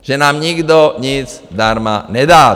Že nám nikdo nic zdarma nedá.